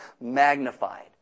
magnified